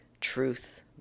truth